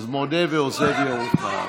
חבר הכנסת אבוטבול, שמעתי אותך.